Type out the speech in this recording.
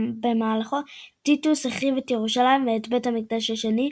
ובמהלכו טיטוס החריב את ירושלים ואת בית המקדש השני,